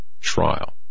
trial